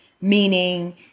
meaning